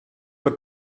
were